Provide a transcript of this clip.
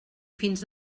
fins